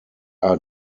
are